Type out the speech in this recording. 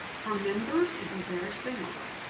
for members, it'd be very similar.